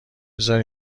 بزار